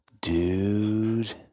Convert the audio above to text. Dude